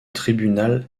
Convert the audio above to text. tribunal